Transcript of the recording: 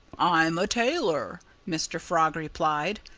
i'm a tailor, mr. frog replied.